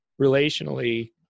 relationally